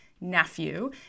nephew